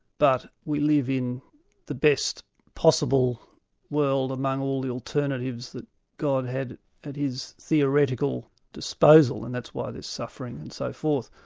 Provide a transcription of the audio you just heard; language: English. but we live in the best possible world among all the alternatives that god had at his theoretical disposal, and that's why there's suffering and so forth.